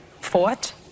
fought